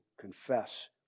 Confess